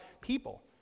people